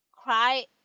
cry